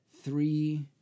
three